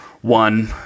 one